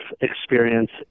experience